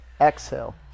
exhale